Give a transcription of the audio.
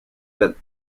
that